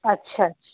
अच्छा अच्छा